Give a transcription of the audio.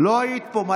לא היית פה,